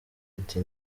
ati